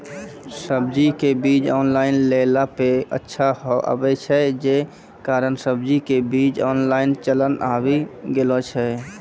सब्जी के बीज ऑनलाइन लेला पे अच्छा आवे छै, जे कारण सब्जी के बीज ऑनलाइन चलन आवी गेलौ छै?